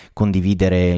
condividere